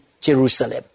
Jerusalem